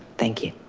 thank you.